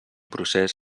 procés